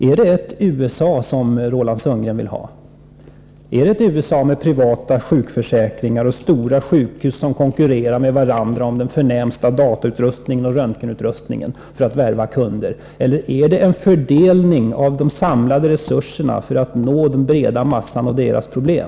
Är det ett USA Roland Sundgren vill ha, med privata sjukförsäkringar och stora sjukhus som konkurrerar med varandra om den förnämsta dataoch röntgenutrustningen för att värva kunder, eller är det en fördelning av de samlade resurserna för att nå den breda massan och dess problem?